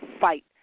fight